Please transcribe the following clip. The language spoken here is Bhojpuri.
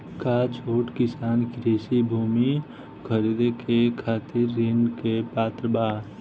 का छोट किसान कृषि भूमि खरीदे के खातिर ऋण के पात्र बा?